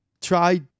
try